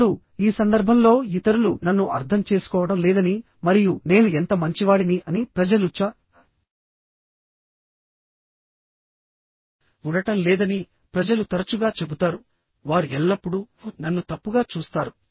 ఇప్పుడు ఈ సందర్భంలో ఇతరులు నన్ను అర్థం చేసుకోవడం లేదని మరియు నేను ఎంత మంచివాడిని అని ప్రజలు చ ూడటం లేదని ప్రజలు తరచుగా చెబుతారు వారు ఎల్లప్పుడూ నన్ను తప్పుగా చూస్తారు